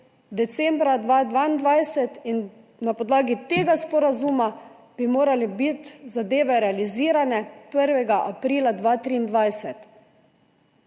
decembra 2022, in na podlagi tega sporazuma bi morale biti zadeve realizirane 1. aprila 2023.